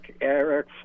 Eric